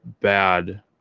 bad